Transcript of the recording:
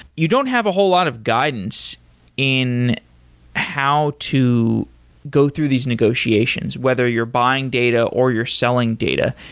you don't have a whole lot of guidance in how to go through these negotiations whether you're buying data or you're selling data.